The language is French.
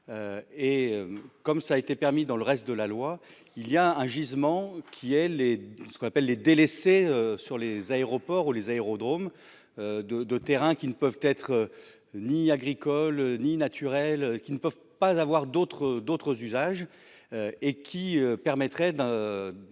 et, comme ça a été permis dans le reste de la loi, il y a un gisement qui, elle, est ce qu'on appelle les délaissés sur les aéroports ou les aérodromes de de terrain qui ne peuvent être ni agricole ni naturel, qui ne peuvent pas avoir d'autres, d'autres usages et qui permettrait de,